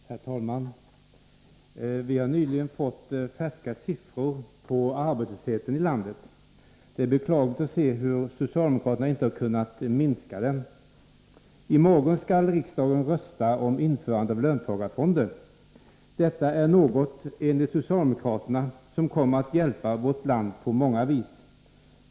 Herr talman! Vi har nyligen fått färska siffror på arbetslösheten i landet. Det är beklagligt att socialdemokraterna inte har kunnat minska den. I morgon skall riksdagen rösta om införandet av löntagarfonder. Löntagarfonder är något, enligt socialdemokraterna, som kommer att hjälpa vårt land på många vis.